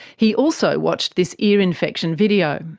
he also watched this ear infection video,